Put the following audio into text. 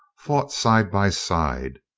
fought side by side.